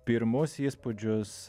pirmus įspūdžius